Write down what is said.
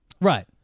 Right